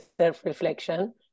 self-reflection